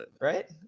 Right